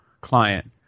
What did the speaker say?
client